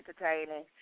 entertaining